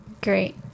Great